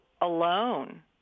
alone